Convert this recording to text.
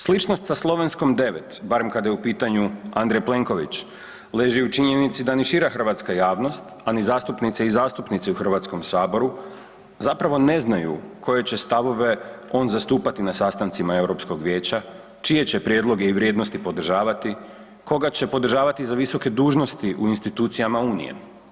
Sličnost sa Slovenskom 9, barem kada je u pitanju Andrej Plenković, leži u činjenici da ni šira hrvatska javnost, a ni zastupnice i zastupnici u HS-u zapravo ne znaju koje će stavove on zastupati na sastancima EU vijeća čije će prijedloge i vrijednosti podržavati, koga će podržavati za visoke dužnosti u institucijama Unije.